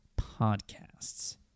podcasts